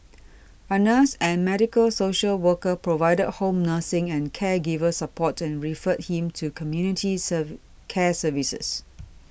a nurse and medical social worker provided home nursing and caregiver support and referred him to community serve care services